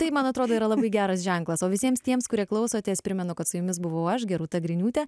tai man atrodo yra labai geras ženklas o visiems tiems kurie klausotės primenu kad su jumis buvau aš gerūta griniūtė